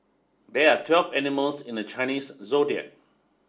there are twelve animals in the Chinese Zodiac